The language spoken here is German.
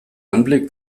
anblick